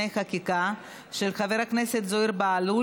חקיקה להשגת יעדי התקציב והמדיניות הכלכלית לשנות הכספים 2003